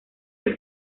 del